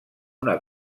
una